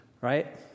right